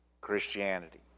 Christianity